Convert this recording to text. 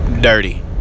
dirty